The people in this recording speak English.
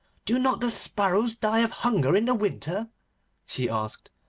do not the sparrows die of hunger in the winter she asked.